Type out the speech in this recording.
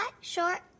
short